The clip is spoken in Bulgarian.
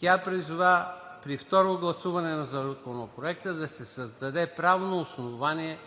Тя призова при второ гласуване на Законопроекта да се създаде правно основание